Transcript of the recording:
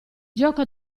gioco